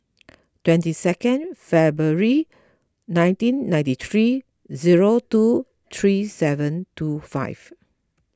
twenty second February nineteen ninety three zero two three seven two five